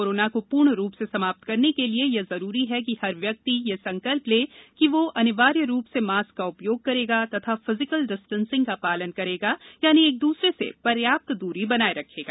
corona को पूर्ण रूप से समाप्त करने के लिए यह जरूरी है कि हर व्यक्ति यह संकल्प ले कि वह अनिवार्य रूप से मास्क का उपयोग करेगा तथा फिजिकल डिस्टेंसिंग का पालन करेगा यानि एक दूसरे से पर्याप्त दूरी बनाए रखेगा